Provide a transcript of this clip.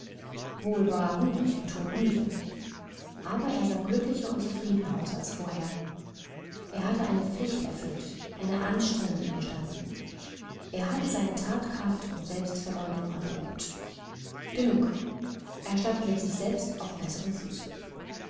wohl war er hungrig und totmüde aber er sah glücklicher und zufriedener aus als vorher er hatte eine pflicht erfüllt eine anstrengung überstanden er hatte seine thatkraft und selbstverleugnung erprobt genug er stand mit sich selbst auf besserem fuße